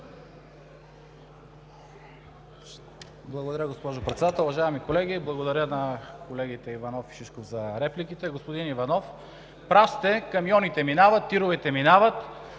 Благодаря, госпожо Председател. Уважаеми колеги! Благодаря на колегите Иванов и Шишков за репликите. Господин Иванов, прав сте! Камионите минават, тировете минават,